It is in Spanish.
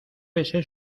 besé